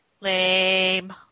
Lame